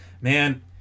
man